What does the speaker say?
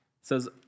says